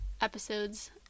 episodes